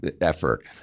effort